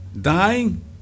Dying